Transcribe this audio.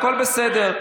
הכול בסדר.